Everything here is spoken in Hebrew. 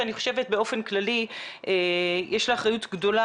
ואני חושבת באופן כללי יש לה אחריות גדולה